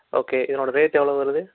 okay இதனோடய rate எவ்வளோ வருது